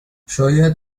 شاید